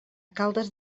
caldes